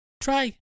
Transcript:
try